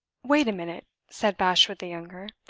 wait a minute, said bashwood the younger.